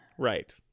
Right